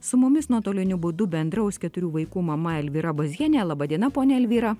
su mumis nuotoliniu būdu bendraus keturių vaikų mama elvyra bazienė laba diena ponia elvyra